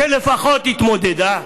שלפחות התמודדה,